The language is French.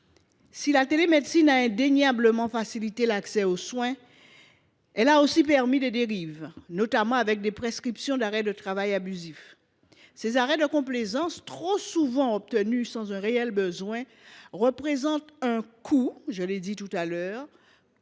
Si la télémédecine a indéniablement facilité l’accès aux soins, elle a aussi permis des dérives, notamment avec des prescriptions d’arrêts de travail abusifs. Ces arrêts de complaisance, trop souvent obtenus sans réel besoin, représentent un coût significatif pour